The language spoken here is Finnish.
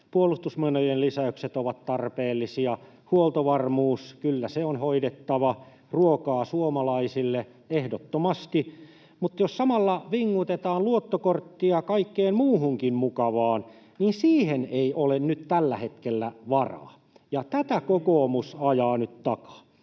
Puolustusmenojen lisäykset ovat tarpeellisia, huoltovarmuus, kyllä, se on hoidettava, ruokaa suomalaisille ehdottomasti, mutta jos samalla vingutetaan luottokorttia kaikkeen muuhunkin mukavaan, niin siihen ei ole nyt tällä hetkellä varaa, ja tätä kokoomus ajaa nyt takaa.